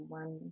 one